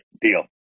deal